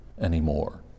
anymore